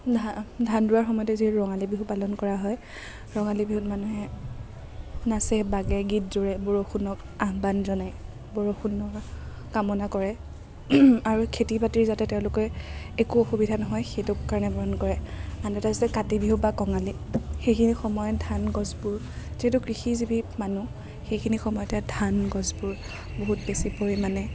ধান ধান ৰোৱাৰ সময়তে যি ৰঙালী বিহু পালন কৰা হয় ৰঙালী বিহুত মানুহে নাচে বাগে গীত জুৰে বৰষুণক আহ্বান জনাই বৰষুণৰ কামনা কৰে আৰু খেতি বাতিৰ যাতে তেওঁলোকে একো অসুবিধা নহয় সেইটো কাৰণে কৰে আন এটা হৈছে কাতি বিহু বা কঙালী সেইখিনি সময়ত ধান গছবোৰ যিহেতু কৃষিজীৱি মানুহ সেইখিনি সময়তে ধান গছবোৰ বহুত বেছি পৰিমাণে